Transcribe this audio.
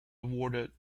awarded